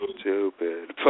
stupid